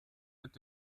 mit